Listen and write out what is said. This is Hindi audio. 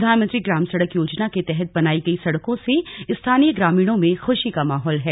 प्रधानमंत्री ग्राम सड़क योजना के तहत बनाई गई सड़कों से स्थानीय ग्रामीणों में खुशी का माहौल है